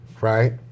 right